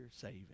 saving